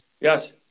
yes